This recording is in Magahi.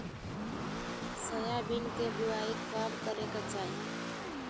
सोयाबीन के बुआई कब करे के चाहि?